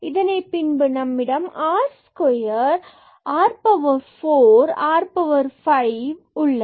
இதனை பின்பு நம்மிடம் r square so r 4 rபவர் 5 உள்ளது